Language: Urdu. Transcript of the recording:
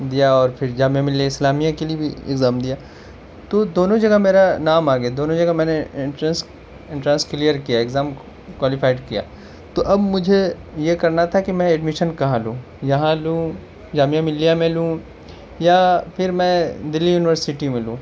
دیا اور پھر جامعہ ملیہ اسلامیہ کے لیے بھی ایگزام دیا تو دونوں جگہ میرا نام آ گیا دونوں جگہ میں نے انٹرنس انٹرنس کلیئر کیا ایگزام کوالیفائیڈ کیا تو اب مجھے یہ کرنا تھا کہ میں ایڈمیشن کہاں لوں یہاں لوں جامعہ ملیہ ميں لوں يا پھر ميں دلّى يونيورسٹى ميں لوں